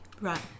Right